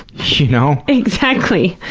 you know. exactly,